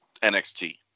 NXT